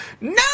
no